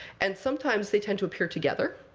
and sometimes they tend to appear together,